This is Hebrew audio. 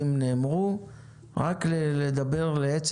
לדבר לעצם